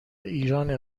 ایرانه